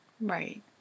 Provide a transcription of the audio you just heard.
Right